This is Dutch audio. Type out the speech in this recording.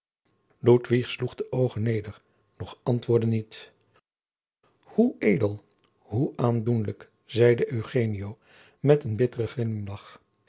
sloeg de oogen neder doch antwoordde niet hoe edel hoe aandoenlijk zeide eugenio met een bitteren grimlagch